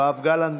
יואב גלנט,